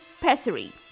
pessary